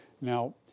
Now